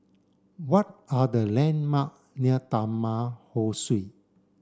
what are the landmark near Taman Ho Swee